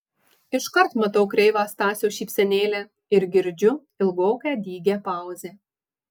iškart matau kreivą stasio šypsenėlę ir girdžiu ilgoką dygią pauzę